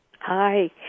Hi